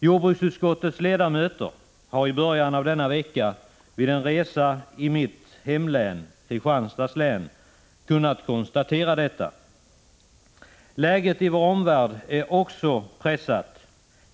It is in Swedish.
Jordbruksutskottets ledamöter har i början av denna vecka vid en resa i mitt hemlän, Kristianstads län, kunnat konstatera detta. Läget i vår omvärld är också pressat.